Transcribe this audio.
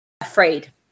afraid